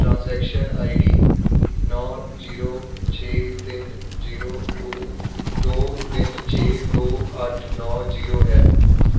transaction I D no zero ਛੇ ਤਿੰਨ zero two ਦੋ ਤਿੰਨ ਛੇ ਦੋ ਅੱਠ ਨੋ ਜੀਰੋ ਹੈ